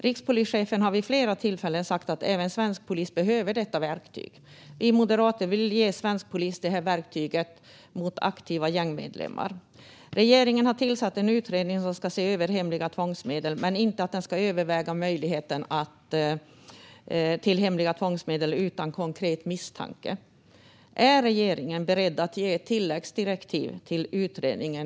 Rikspolischefen har vid flera tillfällen sagt att även svensk polis behöver detta verktyg. Vi moderater vill ge svensk polis verktyget mot aktiva gängmedlemmar. Regeringen har tillsatt en utredning som ska se över frågan om hemliga tvångsmedel, men utredningen ska inte överväga möjligheten till att använda hemliga tvångsmedel utan konkret misstanke. Är regeringen beredd att ge ett tilläggsdirektiv till utredningen?